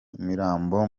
imirambo